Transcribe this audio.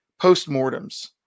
postmortems